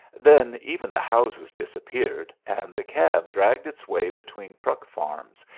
then even the houses disappeared, and the cab dragged its way between truck farms,